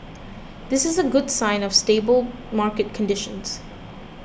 this is a good sign of stable market conditions